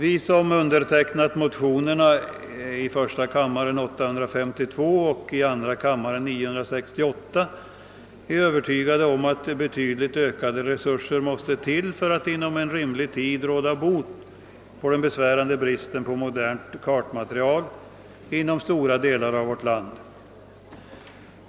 Vi som undertecknat motionerna I: 852 och II: 968 är övertygade om att betydligt ökade resurser måste ges om man inom rimlig tid skall kunna råda bot på den besvärande bristen på modernt kartmaterial inom stora delar av vårt land.